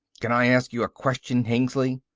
can i ask you a question, hengly?